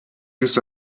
use